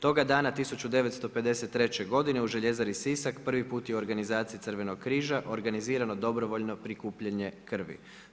Toga dana 1953. godine u Željezari Sisak prvi put je u organizaciji Crvenog križa organizirano dobrovoljno prikupljanje krvi.